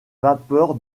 vapeur